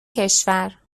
کشور